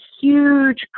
huge